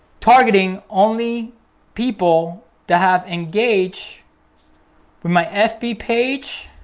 targeting only people to have engaged with my fb page